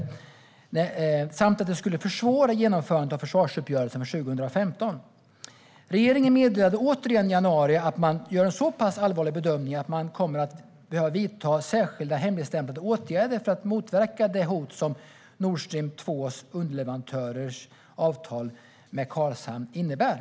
Han sa vidare att detta skulle försvåra genomförandet av försvarsuppgörelsen från 2015. Regeringen meddelade återigen i januari att man gör en så pass allvarlig bedömning att man kommer att behöva vidta särskilda hemligstämplade åtgärder för att motverka det hot som Nord Stream 2:s underleverantörers avtal med Karlshamn innebär.